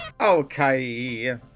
Okay